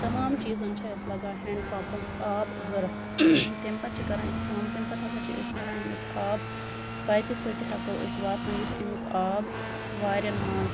تَمام چیٖزَن چھُ اَسہِ لَگان ہینڈ پَمپُک آب ضوٚرتھ تَمہِ پَتہٕ چھِ أسۍ کران کٲم تَمہِ پَتہٕ ہسا چھِ أسۍ کران تَمہِ پَتہٕ ہسا چھِ أسۍ کران اَمیُک آب پایپہِ سۭتۍ ہٮ۪کَو أسۍ واتنٲوِتھ یہِ اَمیُک آب وارٮ۪ن منٛز